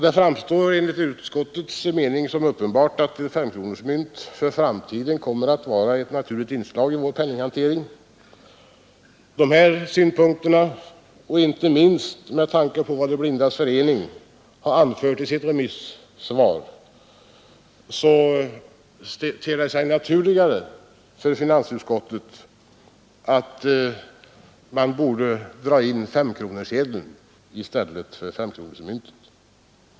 Det framstår enligt utskottets mening som uppenbart att femkronemynt för framtiden kommer att vara ett naturligt inslag i vår penninghantering. Mot bakgrund av dessa synpunkter och inte minst med tanke på vad De blindas förening har anfört i sitt remissvar ter det sig naturligare för finansutskottet att man drar in femkronesedeln än att man drar in femkronemyntet.